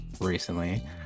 recently